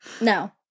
no